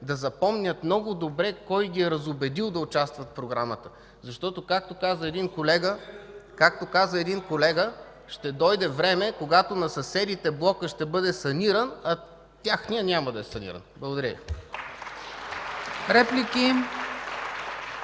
да запомнят много добре кой ги е разубедил да участват в програмата. Защото, както каза един колега – „Ще дойде време, когато на съседите блокът ще бъде саниран, а техният няма да е саниран”. (Ръкопляскания